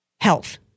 health